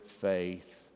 faith